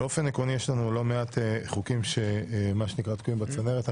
באופן עקרוני, יש לנו לא מעט חוקים שתקועים בצנרת.